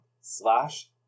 slash